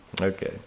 Okay